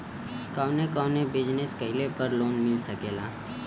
कवने कवने बिजनेस कइले पर लोन मिल सकेला?